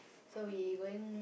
so he going